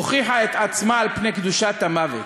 הוכיחה את עצמה על פני קדושת המוות,